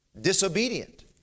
Disobedient